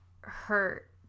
hurt